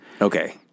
Okay